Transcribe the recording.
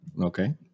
Okay